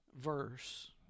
verse